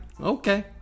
okay